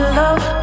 love